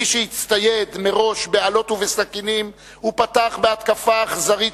מי שהצטייד מראש באלות ובסכינים ופתח בהתקפה אכזרית